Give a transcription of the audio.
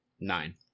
Nine